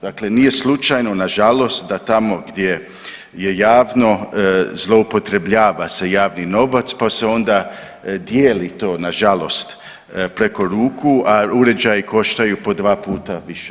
Dakle, nije slučajno na žalost da tamo gdje je javno zloupotrebljava se javni novac, pa se onda dijeli to na žalost preko ruku, a uređaji koštaju po dva puta više.